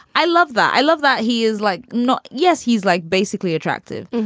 i love that. i love that. he is like not. yes. he's like, basically attractive.